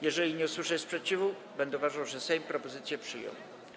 Jeżeli nie usłyszę sprzeciwu, będę uważał, że Sejm propozycję przyjął.